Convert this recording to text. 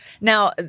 now